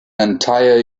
entire